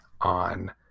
on